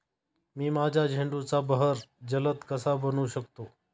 मी माझ्या झेंडूचा बहर जलद कसा बनवू शकतो?